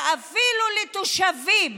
ואפילו לתושבים,